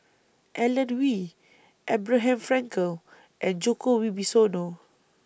Alan Oei Abraham Frankel and Djoko Wibisono